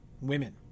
women